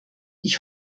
ich